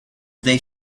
they